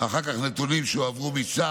אחר כך, מנתונים שהועברו מצה"ל